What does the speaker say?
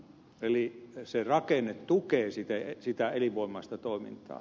eli se rakenne tukee sitä elinvoimaista toimintaa